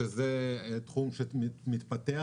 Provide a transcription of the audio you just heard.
זה תחום שמתפתח,